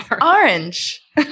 Orange